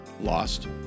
lost